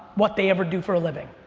what they ever do for a living.